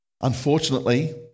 Unfortunately